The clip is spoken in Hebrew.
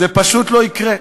זה פשוט לא יקרה.